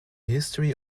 history